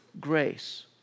Grace